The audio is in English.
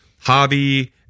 hobby